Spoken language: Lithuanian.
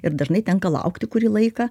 ir dažnai tenka laukti kurį laiką